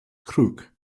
crook